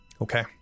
Okay